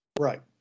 Right